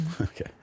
okay